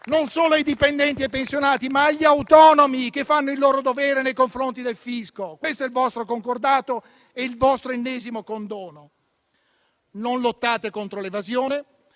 non solo ai dipendenti e ai pensionati, ma agli autonomi che fanno il loro dovere nei confronti del fisco. Questo è il vostro concordato e il vostro ennesimo condono. Non lottate contro l'evasione.